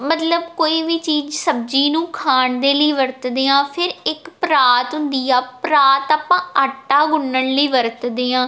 ਮਤਲਬ ਕੋਈ ਵੀ ਚੀਜ਼ ਸਬਜ਼ੀ ਨੂੰ ਖਾਣ ਦੇ ਲਈ ਵਰਤਦੇ ਹਾਂ ਫਿਰ ਇੱਕ ਪਰਾਤ ਹੁੰਦੀ ਆ ਪਰਾਤ ਆਪਾਂ ਆਟਾ ਗੁੰਨਣ ਲਈ ਵਰਤਦੇ ਹਾਂ